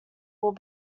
will